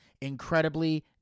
incredibly